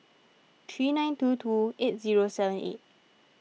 three nine two two eight zero seven eight